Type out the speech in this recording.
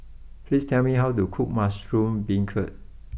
please tell me how to cook Mushroom Beancurd